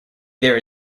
there